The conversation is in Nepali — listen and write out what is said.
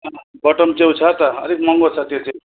अँ बटन च्याउ छ त अलिक महँगो छ त्यो चाहिँ